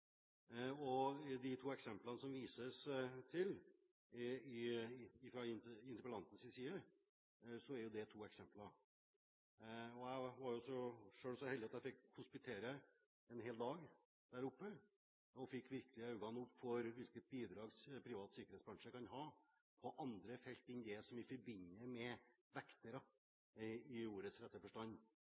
vises fra interpellantens side til to eksempler. Jeg var selv så heldig at jeg fikk hospitere en hel dag og fikk virkelig øynene opp for hvilket bidrag privat sikkerhetsbransje kan ha på andre felt enn det man forbinder med vektere – i ordets rette forstand